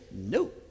no